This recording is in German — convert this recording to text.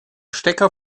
stecker